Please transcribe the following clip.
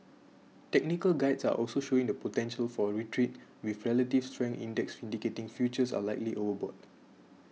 technical guides are also showing the potential for a retreat with relative strength index indicating futures are likely overbought